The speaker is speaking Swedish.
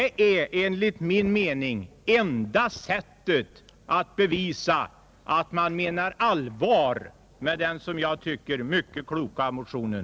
Det är enligt min uppfattning enda sättet att bevisa att man menar allvar med den, som jag tycker, mycket kloka motionen.